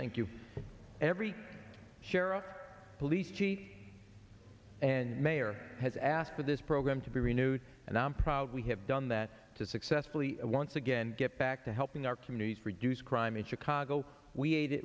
thank you every sheriff police he and mayor has asked for this program to be renewed and i'm proud we have done that to successfully once again get back to helping our communities reduce crime in chicago we ate it